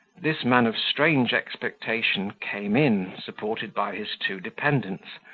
this man of strange expectation came in, supported by his two dependents,